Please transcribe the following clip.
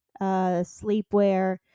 sleepwear